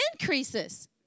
increases